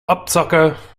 abzocke